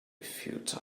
futile